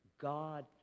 God